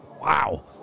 wow